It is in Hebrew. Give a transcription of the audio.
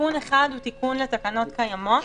הוא תיקון לתקנות הקיימות,